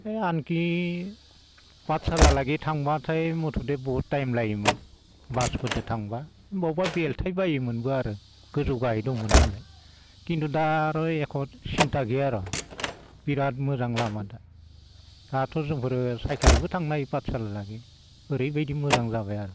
है आनखि पाठसाला लागि थांब्लाथाय मथथे बहुद टाइम लायोमोन बासफोरदो थांब्ला बबावबा बेलथाय बायोमोनबो आरो गोजौ गाहाय दंमोननालाय खिन्थु दा आरो एख' सिनथा गैया आर' बिराद मोजां लामा दा दाथ' जोंफोरो साइखेलजोबो थांनो हायो पाठसाला लागि ओरैबायदि मोजां जाबाय आरो